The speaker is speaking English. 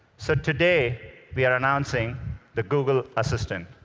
so today, we are announcing the google assistant.